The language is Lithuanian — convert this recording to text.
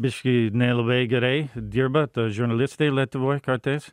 biškį nelabai gerai dirba tie žurnalistai lietuvoj kartais